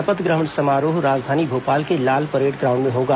शपथ ग्रहण समारोह राजधानी भोपाल के लाल परेड ग्राउंड में होगा